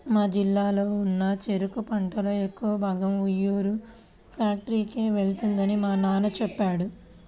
మా జిల్లాలో ఉన్న చెరుకు పంటలో ఎక్కువ భాగం ఉయ్యూరు ఫ్యాక్టరీకే వెళ్తుందని మా నాన్న చెప్పాడు